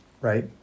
right